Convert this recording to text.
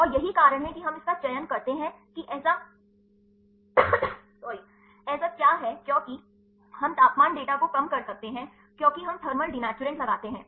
और यही कारण है कि हम इसका चयन करते हैं कि ऐसा क्या है क्योंकि हम तापमान डेटा को कम कर सकते हैं क्योंकि हम थर्मल दिनैचुरैंट लगाते हैं